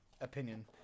opinion